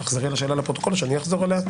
תחזרי על השאלה לפרוטוקול, או שאני אחזור עליה?